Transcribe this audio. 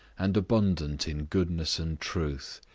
and abundant in goodness and truth,